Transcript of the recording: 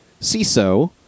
CISO